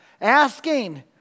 asking